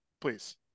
please